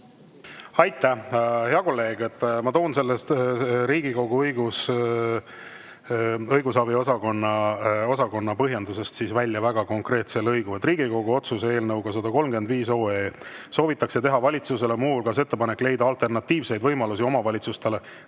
Aitäh! Hea kolleeg, ma toon Riigikogu õigusabi osakonna põhjendusest välja väga konkreetse lõigu: "Riigikogu otsuse eelnõuga 135 OE soovitakse teha valitsusele mh ettepanek leida alternatiivseid võimalusi omavalitsustele